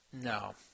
No